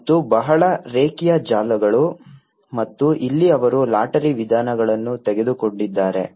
ಮತ್ತು ಬಹಳ ರೇಖೀಯ ಜಾಲಗಳು ಮತ್ತು ಇಲ್ಲಿ ಅವರು ಲಾಟರಿ ವಿಧಾನಗಳನ್ನು ತೆಗೆದುಕೊಂಡಿದ್ದಾರೆ